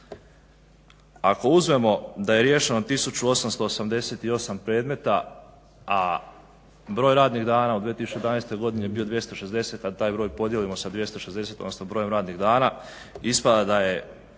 Ako uzmemo da je riješeno 1888 predmeta, a broj radnih dana u 2011. godini je bio 260, a taj broj podijelimo sa 260 odnosno brojem radnih dana ispada da je